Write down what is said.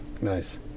Nice